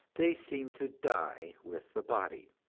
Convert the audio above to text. they seem to die with the body.